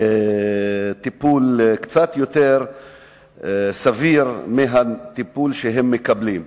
טיפול קצת יותר סביר מהטיפול שהם מקבלים.